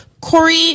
Corey